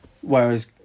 whereas